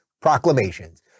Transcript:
proclamations